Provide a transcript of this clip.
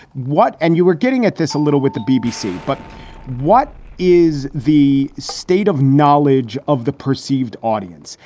what and you are getting at this a little with the bbc. but what is the state of knowledge of the perceived audience?